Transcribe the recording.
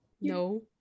no